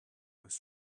his